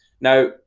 Now